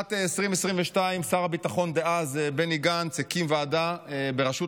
בשנת 2022 שר הביטחון דאז בני גנץ הקים ועדה בראשות